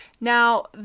Now